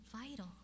vital